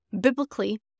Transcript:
biblically